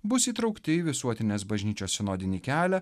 bus įtraukti į visuotinės bažnyčios sinodinį kelią